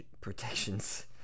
protections